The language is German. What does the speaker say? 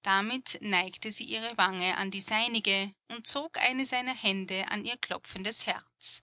damit neigte sie ihre wange an die seinige und zog eine seiner hände an ihr klopfendes herz